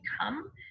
come